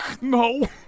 No